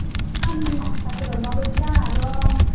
नोंसोर गामिनि हाल सालफोरा माबायदि जाना दं